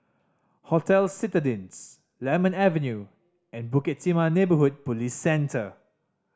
Hotel Citadines Lemon Avenue and Bukit Timah Neighbourhood Police Centre